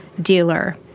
dealer